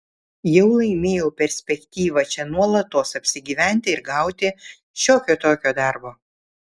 jau laimėjau perspektyvą čia nuolatos apsigyventi ir gauti šiokio tokio darbo